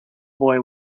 boy